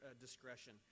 discretion